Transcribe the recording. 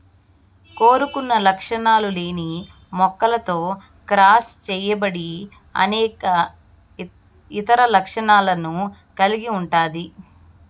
కోరుకున్న లక్షణాలు లేని మొక్కతో క్రాస్ చేయబడి అనేక ఇతర లక్షణాలను కలిగి ఉంటాది